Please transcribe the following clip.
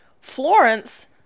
Florence